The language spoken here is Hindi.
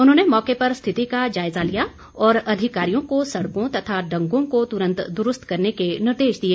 उन्होंने मौके पर स्थिति का जायजा लिया और अधिकारियों को सड़कों तथा डंगों को तुरंत दुरूस्त करने के निर्देश दिए